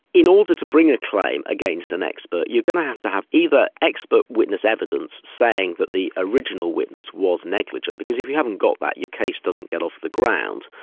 in order to bring a claim against an expert, you're going to have to have either expert witness evidence saying that the original witness was negligent, because if you haven't got that your case doesn't get off the ground.